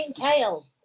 Kale